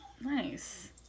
nice